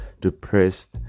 depressed